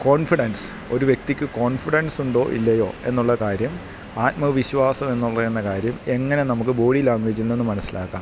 confidence ഒരു വ്യക്തിക്ക് കോൺഫിഡൻസുണ്ടോ ഇല്ലയോ എന്നുള്ള കാര്യം ആത്മവിശ്വാസമെന്ന് ഉള്ളതെന്ന കാര്യം എങ്ങനെ നമുക്ക് ബോഡി ലാങ്വേജിൽ നിന്ന് മനസ്സിലാക്കാം